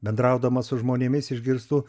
bendraudamas su žmonėmis išgirstu